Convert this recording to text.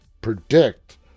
predict